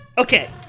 Okay